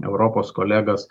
europos kolegas